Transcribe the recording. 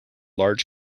large